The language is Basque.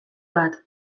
bat